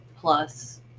Plus